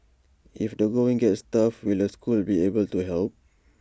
if the going gets tough will the school be able to help